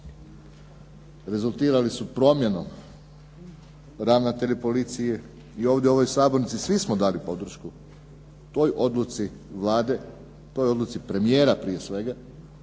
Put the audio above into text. rezultirali su promjenom ravnatelja policije i ovdje u ovoj sabornici svi smo dali podršku toj odluci Vlade, toj odluci premijera prije svega